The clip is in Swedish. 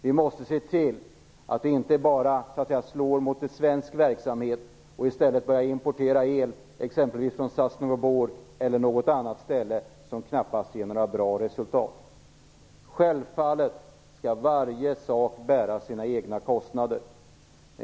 Vi måste se till att vi inte bara slår mot svensk verksamhet i stället börjar importera el exempelvis från Sosnovy Bor eller något annat ställe, vilket knappast ger några bra resultat. Självfallet skall varje sak bära sina egna kostnader.